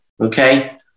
Okay